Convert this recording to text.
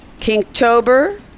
kinktober